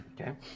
Okay